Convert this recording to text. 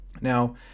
Now